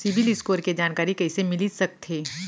CIBIL score के जानकारी कइसे मिलिस सकथे?